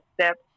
steps